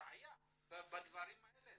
ראייה בדברים האלה.